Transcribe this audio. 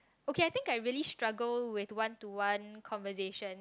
okay I think I really struggle with one to one conversation